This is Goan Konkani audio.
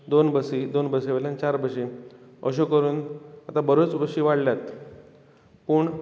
दोन बसी दोन बसीं वेल्यान चार बसीं अश्यो करून आतां बऱ्योच बसीं वाडल्यात पूण